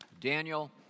Daniel